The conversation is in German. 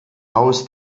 aus